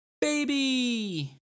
Baby